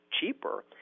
cheaper